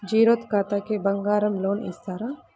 Zero ఖాతాకి బంగారం loan ఇస్తారా?